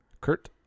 Kurt